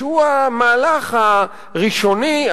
שהוא המהלך הראשוני,